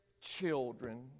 children